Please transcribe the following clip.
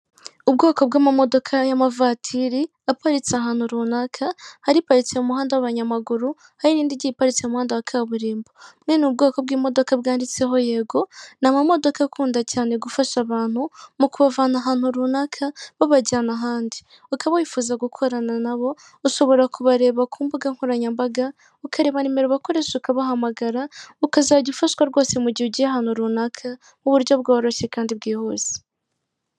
Ubwoko bwamamodoka yamavatiri aparitse ahantu runaka, hari iparitse mumuhanda wabanyamaguru indi iparitse mumuhanda wakaburimbo. Mwene ububwoko bwimodoka bwanditseho yego, ni amamodoko akunda cyane gufasha abantu mukubavana ahantu runaka babajyana ahandi. ukaba wifuza gukorana nabo wabareba kumbuga nkoranyambaga ukareba nimero bakoresha ukabahamagara, ukaza ufashwa rwose mugihe ugiye ahantu runaka muburyo bworoshye kandi bwihuse.